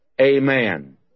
Amen